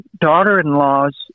daughter-in-law's